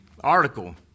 article